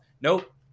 nope